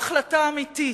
ההחלטה האמיתית,